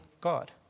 God